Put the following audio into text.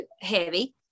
Heavy